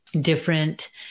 Different